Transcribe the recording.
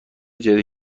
جدیدی